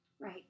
Right